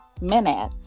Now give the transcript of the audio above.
minute